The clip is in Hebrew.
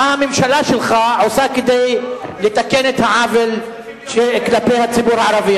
מה הממשלה שלך עושה כדי לתקן את העוול כלפי הציבור הערבי.